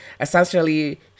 essentially